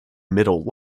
middle